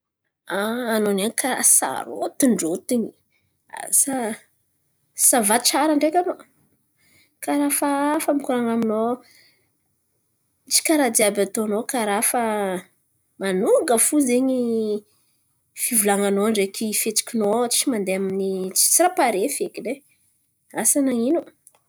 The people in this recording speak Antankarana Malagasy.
Anao niany karà sarôtin-drôtiny. Asa sa va tsara ndreky anao? Karà hafahafa mikoran̈a aminao. Tsy karà jiàby ataonao karà fa manonga fo zen̈y fivolan̈anao ndreky fihetsikinao tsy mandeha amin'ny tsisy raha pare fekiny e. Asa nan̈ino?